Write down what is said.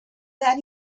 that